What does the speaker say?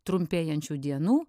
trumpėjančių dienų